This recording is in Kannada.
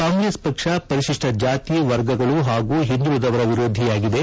ಕಾಂಗ್ರೆಸ್ ಪಕ್ಷ ಪರಿಶಿಷ್ಷ ಜಾತಿ ವರ್ಗಗಳ ಹಾಗೂ ಹಿಂದುಳಿದವರ ವಿರೋಧಿಯಾಗಿದೆ